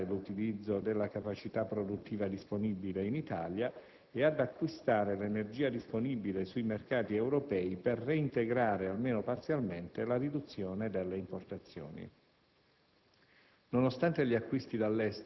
ha provveduto a massimizzare l'utilizzo della capacità produttiva disponibile in Italia e ad acquistare l'energia disponibile sui mercati europei per reintegrare, almeno parzialmente, la riduzione delle importazioni.